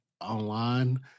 online